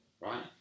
right